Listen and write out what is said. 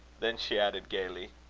then she added gaily